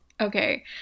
Okay